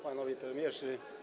Panowie Premierzy!